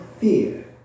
fear